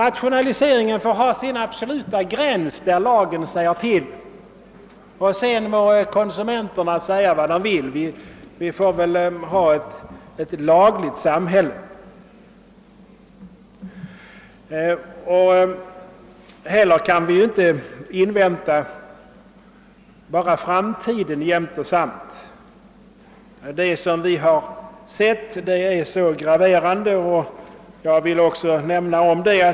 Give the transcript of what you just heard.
Rationaliseringen får ha sin absoluta gräns, angiven i lagen, och sedan får konsumenterna säga vad de vill. Vi måste väl ha ett lagligt samhälle. Vi kan inte heller jämt och samt avvakta framtiden. Vad. vi sett är graverande.